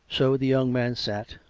so the young man sat,